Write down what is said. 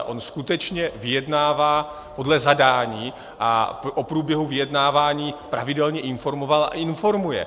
On skutečně vyjednává podle zadání a o průběhu vyjednávání pravidelně informoval a informuje.